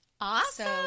Awesome